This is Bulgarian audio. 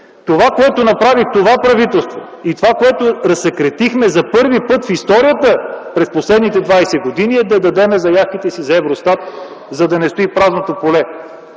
Това, което направи това правителство, и което разсекретихме за първи път в историята през последните 20 години, е да дадем заявките си за ЕВРОСТАТ, за да не стои празното поле.